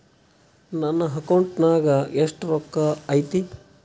ನನ್ನ ಅಕೌಂಟ್ ನಾಗ ಎಷ್ಟು ರೊಕ್ಕ ಐತಿ?